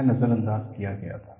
क्या नजरअंदाज किया गया था